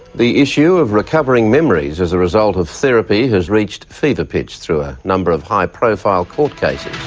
the issue of recovering memories as a result of therapies has reached fever pitch throughout a number of high profile court cases.